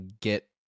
get